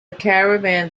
caravan